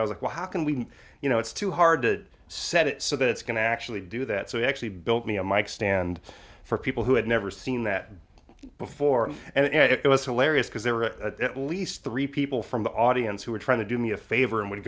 i was like well how can we you know it's too hard to set it so that it's going to actually do that so we actually built me a mic stand for people who had never seen that before and it was hilarious because they were at least three people from the audience who were trying to do me a favor and w